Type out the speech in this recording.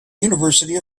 university